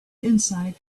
inside